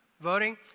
Voting